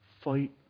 Fight